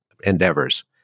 endeavors